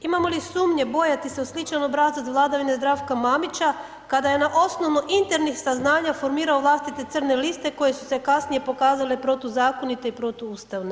Imamo li sumnje bojati se jer sličan je obrazac vladavine Zdravka Mamića, kada je na osnovu internih saznanja formirao vlastite crne liste koje su se kasnije pokazale protuzakonite i protuustavne.